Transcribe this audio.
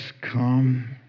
come